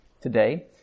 today